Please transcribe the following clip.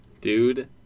Dude